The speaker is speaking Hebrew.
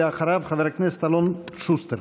אחריו, חבר הכנסת אלון שוסטר.